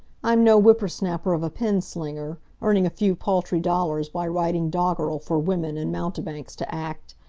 i'm no whippersnapper of a pen-slinger, earning a few paltry dollars by writing doggerel for women and mountebanks to act.